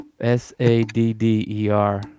s-a-d-d-e-r